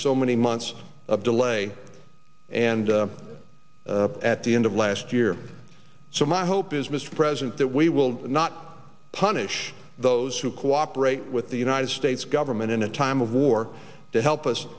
so many months of delay and at the end of last year so my hope is mr president that we will not punish those who cooperate with the united states government in a time of war to help